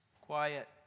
Quiet